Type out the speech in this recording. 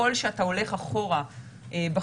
ככל שאתה הולך אחורה בחיסון,